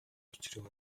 учрыг